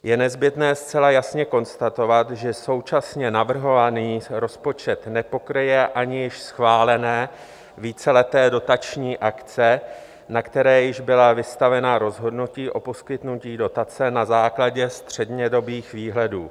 Je nezbytné zcela jasně konstatovat, že současně navrhovaný rozpočet nepokryje ani již schválené víceleté dotační akce, na které již byla vystavena rozhodnutí o poskytnutí dotace na základě střednědobých výhledů.